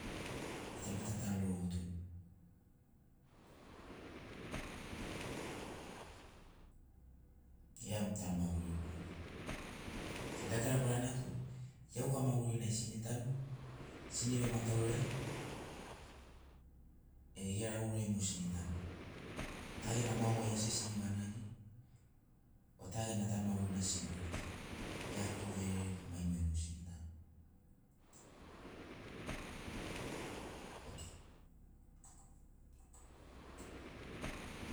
Gita bita tanu rorogotoni gera tanu maguririai sena dagara barana tu iauka magurinai tana tanu tana vemataurai e gera urai mogo tana tanu ta gena maguai asi tana vanagi. o ta gena tanu magurina asi tana vaga lakavaia iaku verere e maino ai mogo tana tanu.